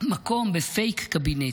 מקום בפייק קבינט.